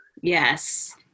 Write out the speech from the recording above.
Yes